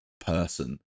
person